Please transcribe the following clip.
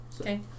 Okay